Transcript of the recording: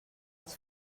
els